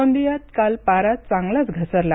गोंदियात काल पारा चांगलाच घसरला